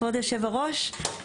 כבוד היושב-ראש,